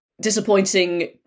disappointing